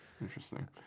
Interesting